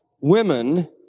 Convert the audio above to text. women